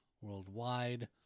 Worldwide